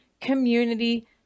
community